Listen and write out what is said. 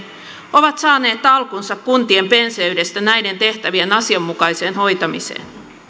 ovat saaneet alkunsa kuntien penseydestä näiden tehtävien asianmukaiseen hoitamiseen